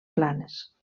planes